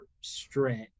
stretch